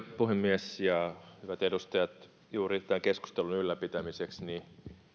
puhemies hyvät edustajat juuri tämän keskustelun ylläpitämiseksi